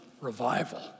revival